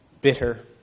bitter